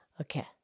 Okay